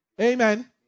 Amen